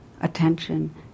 attention